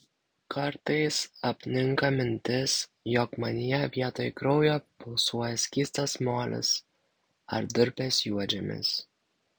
kartais apninka mintis jog manyje vietoj kraujo pulsuoja skystas molis ar durpės juodžemis